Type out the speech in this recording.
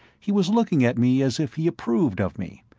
he was looking at me as if he approved of me,